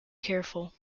careful